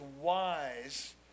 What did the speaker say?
wise